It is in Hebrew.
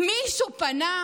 מישהו פנה?